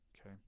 okay